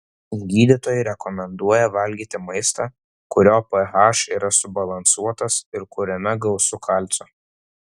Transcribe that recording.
gydytojai rekomenduoja valgyti maistą kurio ph yra subalansuotas ir kuriame gausu kalcio